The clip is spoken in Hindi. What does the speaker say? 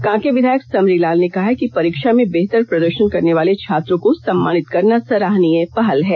कांके विधायक समरीलाल ने कहा है कि परीक्षा में बेहतर प्रदर्षन करने वाले छात्रों को सम्मानित करना सराहनीय पहल है